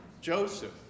Joseph